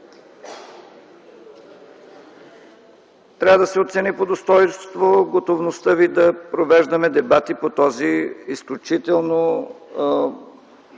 Трябва да се оцени по достойнство готовността ви да провеждаме дебати по този изключително